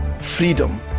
freedom